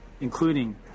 including